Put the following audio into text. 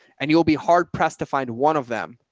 and you'll be hard pressed to find one of them.